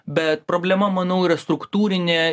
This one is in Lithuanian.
bet problema manau yra struktūrinė